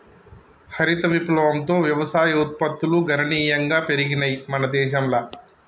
హరిత విప్లవంతో వ్యవసాయ ఉత్పత్తులు గణనీయంగా పెరిగినయ్ మన దేశంల